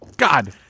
God